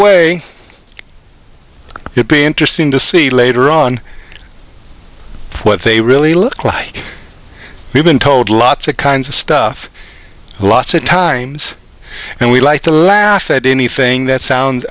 way to be interesting to see later on what they really look like we've been told lots of kinds of stuff lots of times and we like to laugh at anything that sound